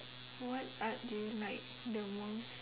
what art do you like the most